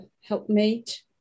helpmate